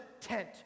tent